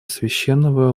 священного